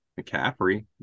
McCaffrey